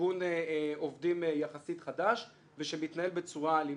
ארגון עובדים יחסית חדש ושמתנהל בצורה אלימה,